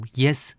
yes